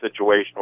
situational